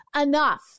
enough